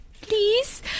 please